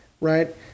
right